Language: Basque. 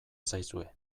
zaizue